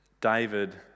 David